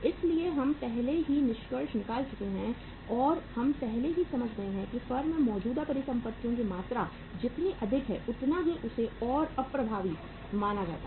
इसलिए हम पहले ही निष्कर्ष निकाल चुके हैं और हम पहले ही समझ गए हैं कि फर्म में मौजूदा परिसंपत्तियों की मात्रा जितनी अधिक है उतना ही उसे और अप्रभावी माना जाता है